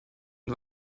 nur